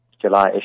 July